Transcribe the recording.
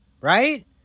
Right